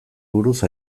buruz